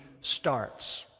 starts